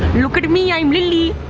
look at me. i'm lilly.